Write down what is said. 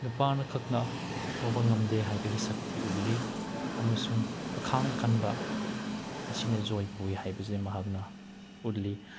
ꯅꯨꯄꯥꯅꯈꯛꯅ ꯇꯧꯕ ꯉꯝꯗꯦ ꯍꯥꯏꯕꯒꯤ ꯁꯛꯇꯤ ꯎꯠꯂꯤ ꯑꯃꯁꯨꯡ ꯑꯈꯥꯡ ꯀꯟꯕ ꯑꯁꯤꯅ ꯖꯣꯏ ꯄꯨꯏ ꯍꯥꯏꯕꯁꯦ ꯃꯍꯥꯛꯅ ꯎꯠꯂꯤ